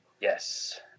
Yes